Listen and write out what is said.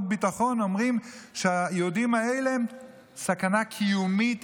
ביטחון שאומרים: היהודים האלה הם סכנה קיומית,